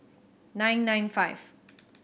nine nine five